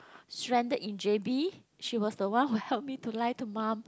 stranded in J_B she was the one who help me to lie to mum